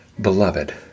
Beloved